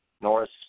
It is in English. Norris